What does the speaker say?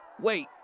wait